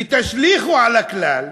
ותשליכו על הכלל,